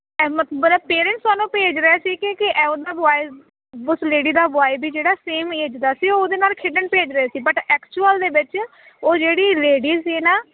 ਅਹਿਮ ਬੜਾ ਪੇਰੈਂਟਸ ਤੁਹਾਨੂੰ ਭੇਜ ਰਿਹਾ ਸੀ ਕਿ ਇਹ ਉਹ ਦਾ ਬੋਇਸ ਬਸ ਲੇਡੀ ਦਾ ਬੋਆਏ ਵੀ ਜਿਹੜਾ ਸੇਮ ਏਜ ਦਾ ਸੀ ਉਹਦੇ ਨਾਲ ਖੇਡਣ ਭੇਜ ਰਿਹਾ ਸੀ ਬਟ ਐਕਚੁਅਲ ਦੇ ਵਿੱਚ ਉਹ ਜਿਹੜੀ ਲੇਡੀ ਸੀ ਨਾ